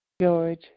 George